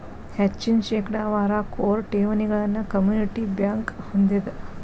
ಹೆಚ್ಚಿನ ಶೇಕಡಾವಾರ ಕೋರ್ ಠೇವಣಿಗಳನ್ನ ಕಮ್ಯುನಿಟಿ ಬ್ಯಂಕ್ ಹೊಂದೆದ